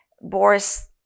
boris